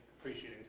appreciating